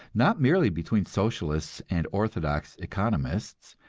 not merely between socialists and orthodox economists,